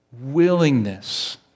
willingness